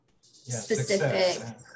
specific